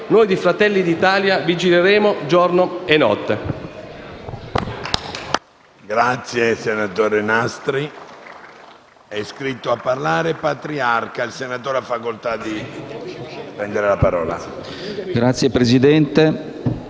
noi di Fratelli d'Italia vigileremo giorno e notte.